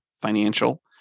financial